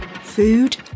Food